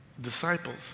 disciples